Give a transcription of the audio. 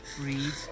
Breathe